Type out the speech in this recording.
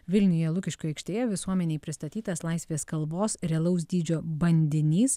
vilniuje lukiškių aikštėje visuomenei pristatytas laisvės kalvos realaus dydžio bandinys